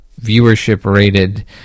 viewership-rated